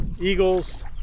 eagles